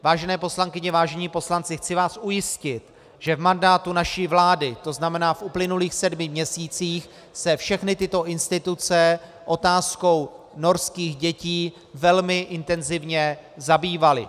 Vážené poslankyně, vážení poslanci, chci vás ujistit, že v mandátu naší vlády, tzn. v uplynulých sedmi měsících, se všechny tyto instituce otázkou norských dětí velmi intenzivně zabývaly.